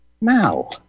now